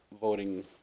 voting